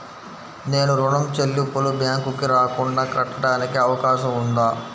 నేను ఋణం చెల్లింపులు బ్యాంకుకి రాకుండా కట్టడానికి అవకాశం ఉందా?